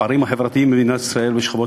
הפערים החברתיים במדינת ישראל בשכבות